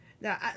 now